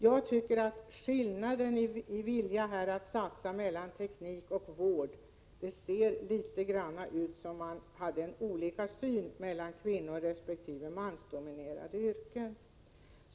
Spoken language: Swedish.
Jag tycker att skillnaden i vilja mellan att satsa på teknik och att satsa på vård gör att det ser ut som om man hade olika syn på kvinnoresp. mansdominerade yrken.